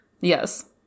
Yes